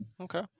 Okay